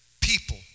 people